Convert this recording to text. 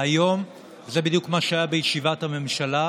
והיום, זה בדיוק מה שהיה בישיבת הממשלה: